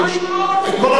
מה עם משבר, מה עם העוני?